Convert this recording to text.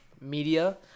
media –